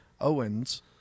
Owens